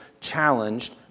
challenged